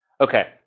Okay